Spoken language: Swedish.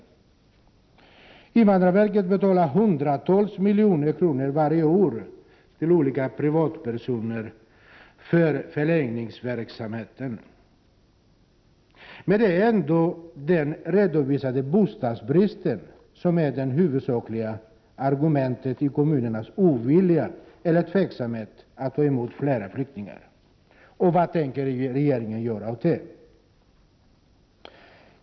Varje år betalar invandrarverket hundratusentals miljoner kronor till olika privatpersoner för förläggningsverksamheten. Det är ändock den redovisade bostadsbristen som är det huvudsakliga argumentet för kommunerna när de är ovilliga eller tveksamma till att ta emot flera flyktingar. Vad tänker regeringen göra åt det?